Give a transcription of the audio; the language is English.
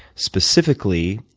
specifically,